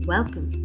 Welcome